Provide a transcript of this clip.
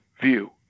view